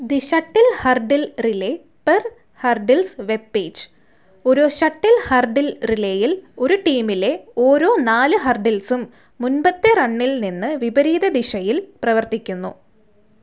the shuttle hurdle relay per hurdles web page ഒരു shuttle hurdle റിലേയിൽ ഒരു ടീമിലെ ഓരോ നാല് ഹർഡിൽസും മുമ്പത്തെ റണ്ണിൽ നിന്ന് വിപരീത ദിശയിൽ പ്രവർത്തിക്കുന്നു